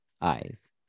eyes